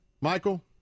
Michael